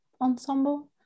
ensemble